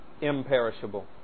imperishable